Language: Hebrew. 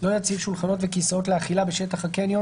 לא יציב שולחנות וכיסאות לאכילה בשטח הקניון